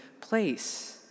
place